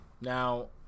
Now